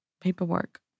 paperwork